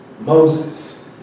Moses